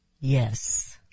Yes